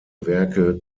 werke